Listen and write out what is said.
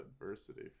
adversity